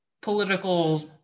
political